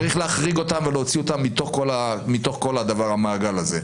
צריך להחריג אותם ולהוציא אותם מתוך כל המעגל הזה.